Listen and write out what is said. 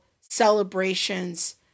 celebrations